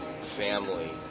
family